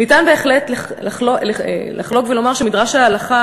ניתן בהחלט לחלק ולומר שמדרש ההלכה